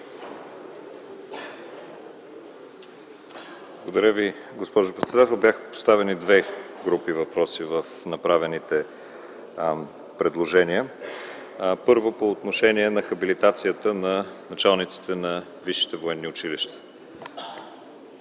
Благодаря Ви, госпожо председател. Бяха поставени две групи въпроси в направените предложения. Първо, по отношение на хабилитацията на началниците на